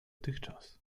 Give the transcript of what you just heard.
tychczas